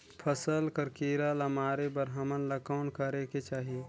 फसल कर कीरा ला मारे बर हमन ला कौन करेके चाही?